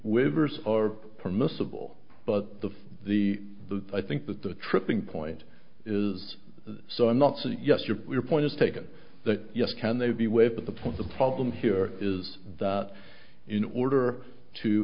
waivers are permissible but the the the i think that the tripping point is so i'm not so yes your point is taken that yes can they be waived at the point the problem here is that in order to